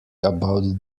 about